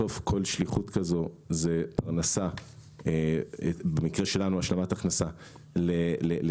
בסוף כל שליחות כזאת - במקרה שלנו זאת השלמת הכנסה לשליחים